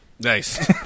Nice